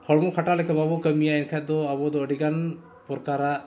ᱦᱚᱲᱢᱚ ᱠᱷᱟᱴᱟᱣ ᱞᱮᱠᱟ ᱵᱟᱵᱚ ᱠᱟᱹᱢᱤᱭᱟ ᱮᱱᱠᱷᱟᱱ ᱫᱚ ᱟᱵᱚ ᱫᱚ ᱟᱹᱰᱤᱜᱟᱱ ᱯᱨᱚᱠᱟᱨᱟᱜ